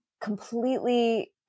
completely